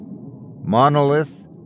Monolith